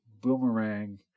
boomerang